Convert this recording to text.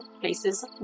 places